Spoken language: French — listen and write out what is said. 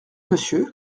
monsieur